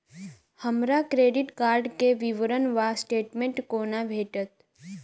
हमरा credit card केँ विवरण वा स्टेटमेंट कोना भेटत?